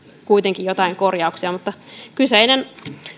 kuitenkin jotain korjauksia mutta kyseinen